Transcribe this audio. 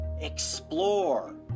Explore